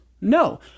No